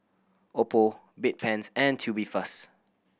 Oppo Bedpans and Tubifast